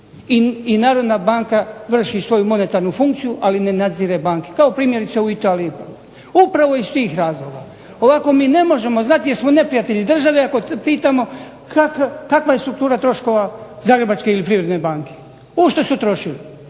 i Narodna banka vrši svoju monetarnu funkciju, ali ne nadzire banke, kao primjerice u Italiji upravo iz tih razloga. Ovako mi ne možemo znati jesmo neprijatelji države ako pitamo kakva je struktura troškova Zagrebačke ili Privredne banka, u što su trošili.